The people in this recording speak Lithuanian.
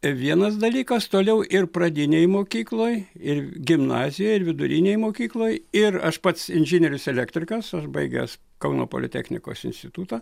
vienas dalykas toliau ir pradinėj mokykloj ir gimnazijoj ir vidurinėj mokykloj ir aš pats inžinierius elektrikas aš baigęs kauno politechnikos institutą